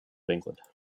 england